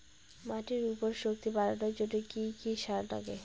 মাটির উর্বর শক্তি বাড়ানোর জন্য কি কি সার লাগে?